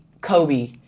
Kobe